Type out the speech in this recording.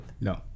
no